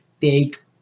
take